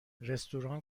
رستوران